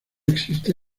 existe